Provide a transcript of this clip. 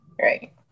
right